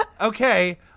Okay